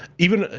even,